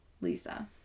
lisa